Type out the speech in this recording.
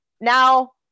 now